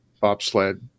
bobsled